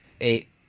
eight